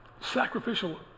sacrificial